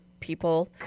people